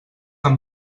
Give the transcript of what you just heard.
amb